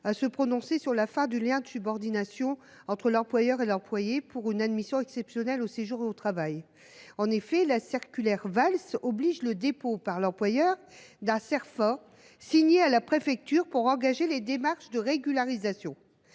à se prononcer sur la fin du lien de subordination entre l’employeur et l’employé pour une admission exceptionnelle au séjour et au travail. En effet, la circulaire Valls oblige au dépôt par l’employeur d’un formulaire administratif Cerfa, signé à la préfecture, pour engager les démarches de régularisation.